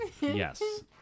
Yes